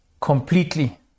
completely